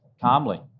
calmly